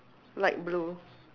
light blue